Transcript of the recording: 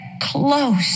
close